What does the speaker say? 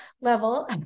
level